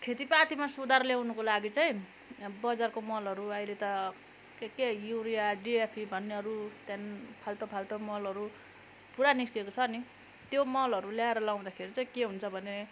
खेती पातीमा सुधार ल्याउनुको लागि चाहिँ बजारको मलहरू अहिले त के के युरिया डिएफए भन्नेहरू त्यहाँदेखि फाल्टो फाल्टो मलहरू पुरा निस्किएको छ नि त्यो मलहरू लियाएर लगाउँदाखेरि चाहिँ के हुन्छ भने